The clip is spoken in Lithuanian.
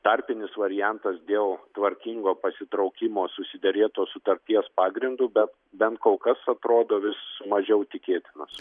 tarpinis variantas dėl tvarkingo pasitraukimo susiderėto sutarties pagrindu bet bent kol kas atrodo vis mažiau tikėtinas